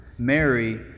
Mary